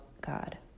God